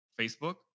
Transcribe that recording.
Facebook